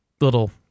little